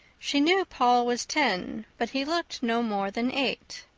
she knew paul was ten but he looked no more than eight.